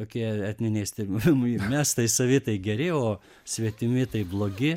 tokie etniniais termin mes tai savi tai geri o svetimi tai blogi